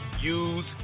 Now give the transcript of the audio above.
use